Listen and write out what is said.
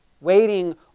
waiting